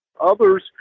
Others